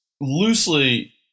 loosely